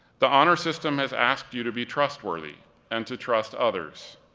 the honor system has asked you to be trustworthy and to trust others,